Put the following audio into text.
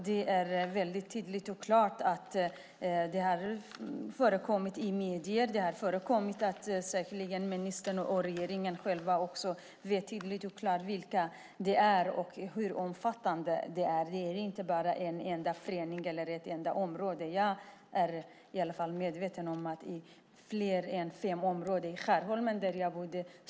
Det är väldigt tydligt och klart. Det har förekommit i medier. Ministern och regeringen vet säkerligen vilka det är och hur omfattande det är. Det gäller inte bara en enda förening eller ett enda område. Jag är medveten om exempel från fler än fem områden i Skärholmen, där jag bodde.